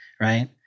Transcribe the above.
right